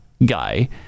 guy